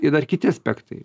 ir dar kiti aspektai nei